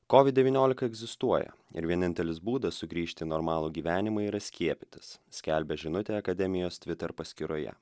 covid devyniolika egzistuoja ir vienintelis būdas sugrįžt į normalų gyvenimą yra skiepytis skelbia žinutė akademijos twitter paskyroje